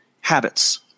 habits